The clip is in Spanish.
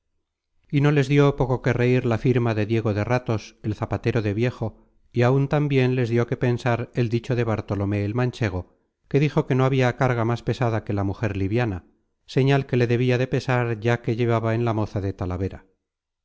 y no les dió poco que reir la firma de diego de ratos el zapatero de viejo y áun tambien les dió que pensar el dicho de bartolomé el manchego que dijo que no habia carga más pesada que la mujer liviana señal que le debia de pesar ya la que llevaba en la moza de talavera